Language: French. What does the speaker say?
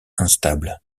instables